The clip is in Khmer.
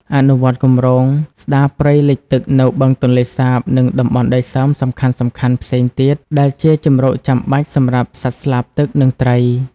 អនុវត្តគម្រោងស្តារព្រៃលិចទឹកនៅបឹងទន្លេសាប និងតំបន់ដីសើមសំខាន់ៗផ្សេងទៀត ដែលជាជម្រកចាំបាច់សម្រាប់សត្វស្លាបទឹក និងត្រី។